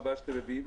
גם חוק הסמכויות,